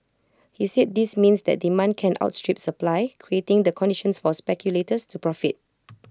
he said this means that demand can outstrip supply creating the conditions for speculators to profit